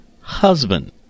husband